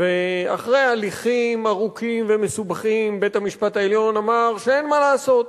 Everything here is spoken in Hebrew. ואחרי הליכים ארוכים ומסובכים בית-המשפט העליון אמר שאין מה לעשות,